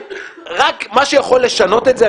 מה שיכול לשנות את זה,